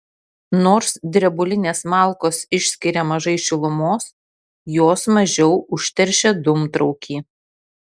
nors drebulinės malkos išskiria mažai šilumos jos mažiau užteršia dūmtraukį